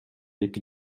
эки